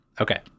Okay